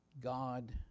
God